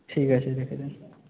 ঠিক আছে রেখে দিন